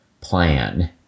plan